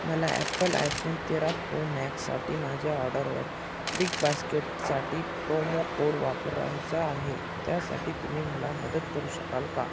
मला Apple iPhone तेरा Pro मॅक्ससाठी माझ्या ऑर्डरवर बिगबास्केट साठी प्रोमो कोड वापरायचा आहे त्यासाठी तुम्ही मला मदत करू शकाल का